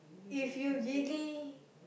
if you really